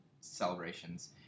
celebrations